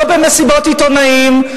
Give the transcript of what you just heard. לא במסיבות עיתונאים.